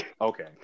Okay